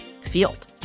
field